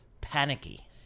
panicky